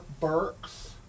Burks